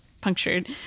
punctured